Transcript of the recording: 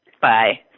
Bye